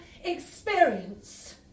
Experience